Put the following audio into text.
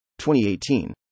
2018